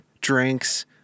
drinks